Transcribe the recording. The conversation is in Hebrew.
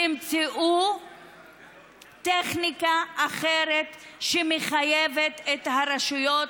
תמצאו טכניקה אחרת שמחייבת את הרשויות